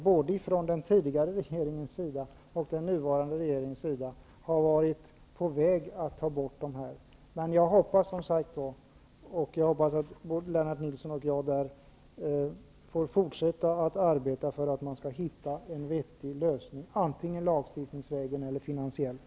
Både den förra regeringen och den nuvarande regeringen har varit på väg att ta bort dessa lån. Men jag hoppas att Lennart Nilsson och jag nu kan fortsätta att arbeta för att kunna hitta en vettig lösning, antingen lagstiftningsvägen eller finansiellt.